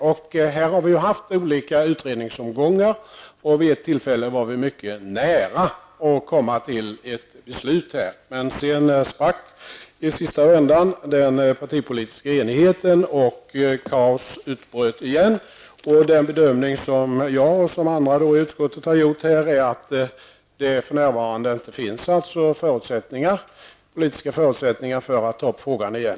Frågan har behandlats i olika utredningsomgångar, och vid ett tillfälle var vi mycket nära att komma fram till ett beslut. Men den partipolitiska enigheten sprack i sista vändan, och det utbröt återigen kaos. Den bedömning som jag och andra ledamöter i utskottet har gjort är att det för närvarande inte finns politiska förutsättningar för att ta upp frågan igen.